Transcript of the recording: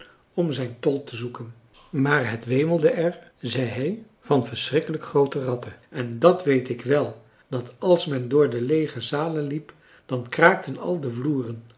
om zijn tol te zoeken maar het wemelde er zei hij van verschrikkelijk groote ratten en dàt weet ik wel dat als men door de leege zalen liep dan kraakten al de vloeren